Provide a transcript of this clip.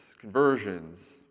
conversions